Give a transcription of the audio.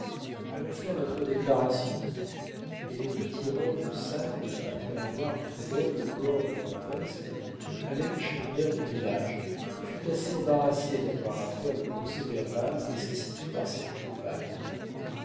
allons faire notre déclaration et les deux tireurs de sable après avoir couvert le corps de leurs vestes allèrent chez le maire du village qui fut assez embarrassé d'avoir à faire le procès-verbal nécessité par cette trouvaille